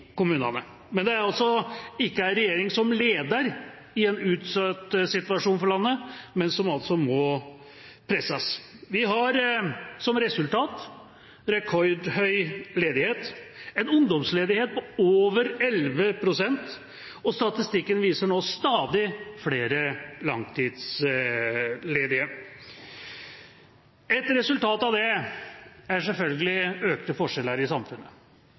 Det er altså ikke en regjering som leder i en utsatt situasjon for landet, men som må presses. Vi har som resultat en rekordhøy ledighet. Vi har en ungdomsledighet på over 11 pst., og statistikken viser stadig flere langtidsledige. Et resultat av det er selvfølgelig økte forskjeller i samfunnet.